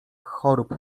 chorób